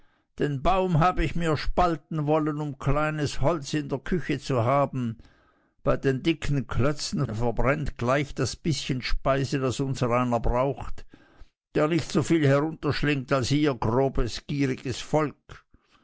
den baum habe ich mir spalten wollen um kleines holz in der küche zu haben bei den dicken klötzen verbrennt gleich das bißchen speise das unsereiner braucht der nicht so viel hinunterschlingt als ihr grobes gieriges volk